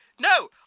No